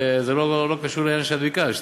וזה לא קשור לעניין שביקשת.